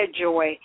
joy